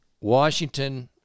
Washington